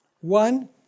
One